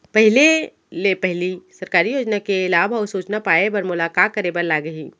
पहिले ले पहिली सरकारी योजना के लाभ अऊ सूचना पाए बर मोला का करे बर लागही?